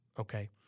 Okay